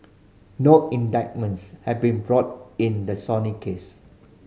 no indictments have been brought in the Sony case